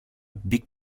big